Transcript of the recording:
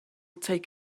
take